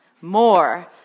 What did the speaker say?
more